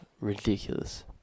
Ridiculous